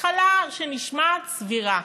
התחלה שנשמעת סבירה.